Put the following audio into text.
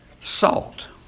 Salt